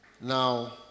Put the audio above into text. Now